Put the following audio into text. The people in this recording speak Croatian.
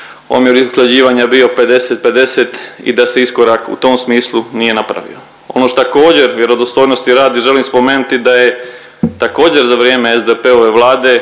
omjer usklađivanja bio 50:50 i da se iskorak u tom smislu nije napravio. Ono što također vjerodostojnosti radi želim spomenuti da je također za vrijeme SDP-ove Vlade